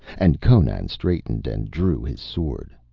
and conan straightened and drew his sword.